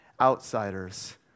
outsiders